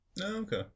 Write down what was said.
Okay